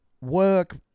work